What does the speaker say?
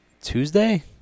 Tuesday